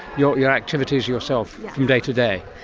your your activities yourself from day to day?